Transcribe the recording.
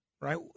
right